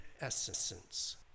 essence